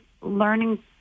learning